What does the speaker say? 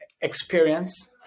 experience